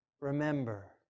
remember